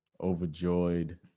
overjoyed